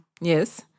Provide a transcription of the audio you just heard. Yes